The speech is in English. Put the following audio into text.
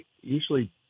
usually